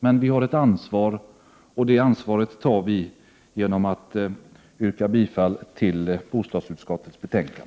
Men vi har ett ansvar, och det ansvaret tar vi genom att yrka bifall till bostadsutskottets hemställan.